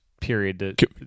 period